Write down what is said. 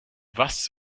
was